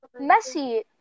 Messi